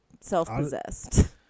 self-possessed